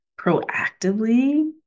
proactively